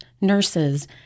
nurses